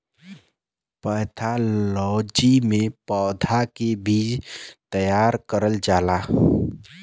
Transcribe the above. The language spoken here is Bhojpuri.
पैथालोजी में पौधा के बीज तैयार करल जाला